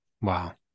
Wow